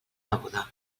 neboda